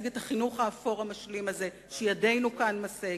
את החינוך האפור המשלים הזה שידנו כאן משגת.